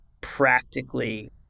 practically